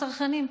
הצרכנים,